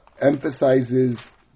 emphasizes